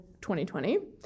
2020